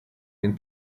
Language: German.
den